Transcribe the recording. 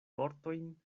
vortojn